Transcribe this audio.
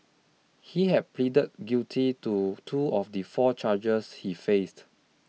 he had pleaded guilty to two of the four chargers he faced